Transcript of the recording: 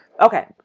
Okay